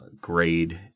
grade